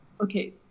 Okay